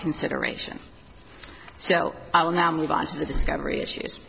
consideration so i will now move on to the discovery issues